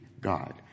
God